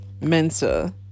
mensa